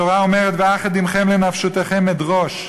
התורה אומרת: "ואך את דמכם לנפשֹתיכם אדרֹש,